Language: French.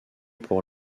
pour